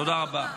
תודה רבה.